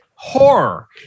horror